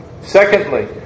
Secondly